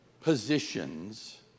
positions